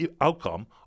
outcome